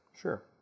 sure